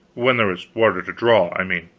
when there was water to draw, i mean